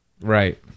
Right